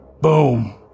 Boom